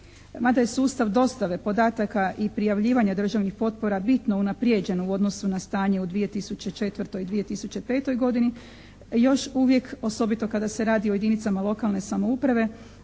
Mada je sustav dostave podataka i prijavljivanja državnih potpora bitno unaprijeđen u odnosu na stanje u 2004. i 2005. godini još uvijek osobito kada se radi o jedinicama lokalne samouprave,